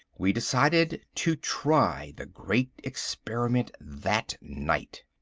we decided to try the great experiment that night.